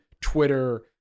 Twitter